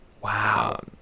Wow